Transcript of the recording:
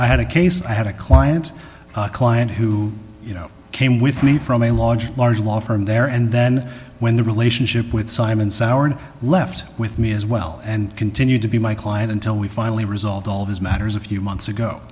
i had a case i had a client client who you know came with me from a large large law firm there and then when the relationship with simon soured left with me as well and continued to be my client until we finally resolved all of his matters a few months ago